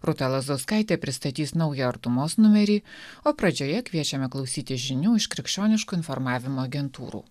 rūta lazauskaitė pristatys naują artumos numerį o pradžioje kviečiame klausyti žinių iš krikščioniškų informavimo agentūrų